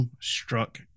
struck